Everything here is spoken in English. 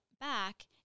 back